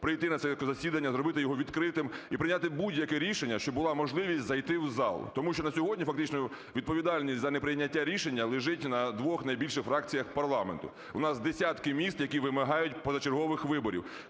Прийти на засідання, зробити його відкритим і прийняти будь-яке рішення, щоб була можливість зайти в зал. Тому що на сьогодні фактично відповідальність за неприйняття рішення лежить на двох найбільших фракціях парламенту. У нас десятки міст, які вимагають позачергових виборів.